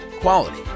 quality